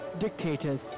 dictators